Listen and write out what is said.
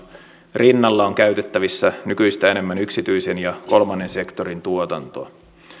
rinnalla on on käytettävissä nykyistä enemmän yksityisen ja kolmannen sektorin tuotantoa